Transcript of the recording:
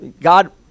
God